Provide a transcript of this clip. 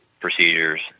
procedures